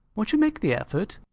won't you make the effort?